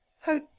How